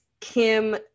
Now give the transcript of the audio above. Kim